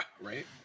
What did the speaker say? Right